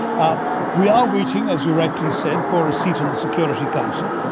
ah we are waiting, as you rightly said, for a seat on the security council.